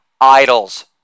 idols